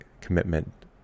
commitment